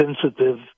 sensitive